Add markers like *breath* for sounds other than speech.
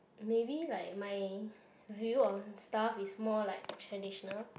maybe like my *breath* view on stuff is more like traditional